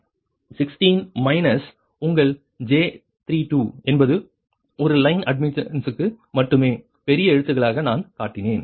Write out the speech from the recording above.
025 இது 16 மைனஸ் உங்கள் j 32 என்பது ஒரு லைன் அட்மிட்டன்ஸ்க்கு மட்டுமே பெரிய எழுத்துக்களாக நான் காட்டினேன்